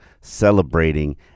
celebrating